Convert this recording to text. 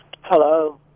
Hello